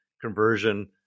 conversion